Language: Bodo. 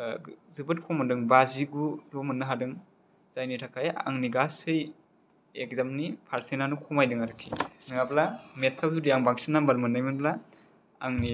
जोबोत खम मोनदों बाजिगु ल' मोननो हादों जायनि थाखाय आंनि गासै इग्जामनि फारसेनानो खमायदों आरखि नङाब्ला मेत्सयाव जुदि आं बांसिन नाम्बार मोननाय मोनब्ला आंनि